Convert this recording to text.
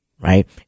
Right